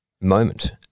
moment